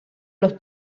los